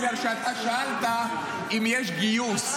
בגלל שאתה שאלת אם יש גיוס,